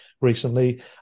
recently